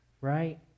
right